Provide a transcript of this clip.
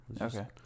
Okay